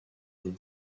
des